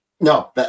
No